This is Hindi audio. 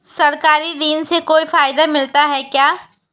सरकारी ऋण से कोई फायदा मिलता है क्या?